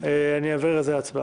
נקיים הצבעה.